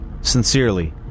Sincerely